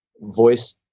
voice